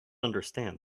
understand